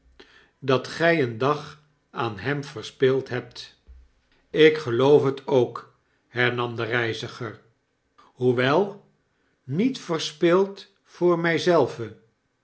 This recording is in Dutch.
dat gij een dag aan hem verspild hebt jk geloof het ook hernam de reiziger hoewel niet verspild voor